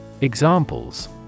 Examples